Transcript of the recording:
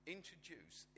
Introduce